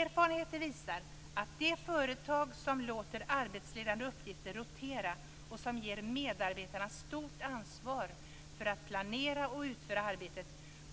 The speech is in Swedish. Erfarenheter visar att de företag som låter arbetsledande uppgifter rotera och som ger medarbetarna stort ansvar för att planera och utföra arbetet